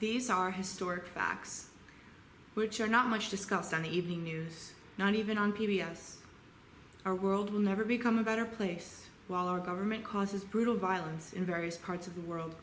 these are historic facts which are not much discussed on the evening news not even on p b s our world will never become a better place while our government causes brutal violence in various parts of the world